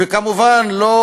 וכמובן הוא לא,